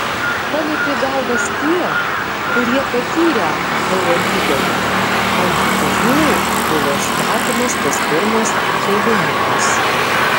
pametė galvas tie kurie patyrę eurolygoje ant kurių buvo statomas tas pirmas kėlinukas